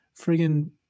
friggin